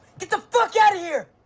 get the fuck out of here.